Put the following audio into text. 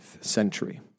century